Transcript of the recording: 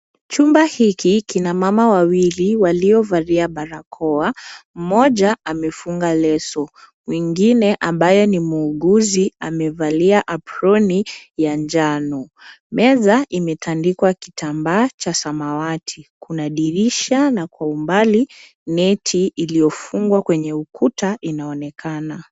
Chumba hiki kina mama wawili waliovalia barakoa. Mmoja amefunga leso, mwingine ambaye ni muuguzi amevalia aproni ya njano. Meza imetandikwa kitambaa cha samawati. Kuna dirisha, na kwa umbali neti iliyofungwa kwa ukuta inaonekana.